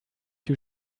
you